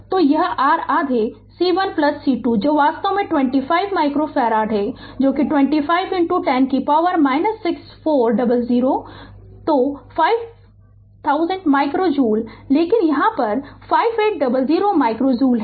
तो और यह r आधा C1 C2 है जो वास्तव में 25 माइक्रो फैराड है जो कि 25 10 की पॉवर है 6 400 तो 5000 माइक्रो जूल लेकिन यहां यह 5800 माइक्रो जूल है